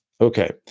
Okay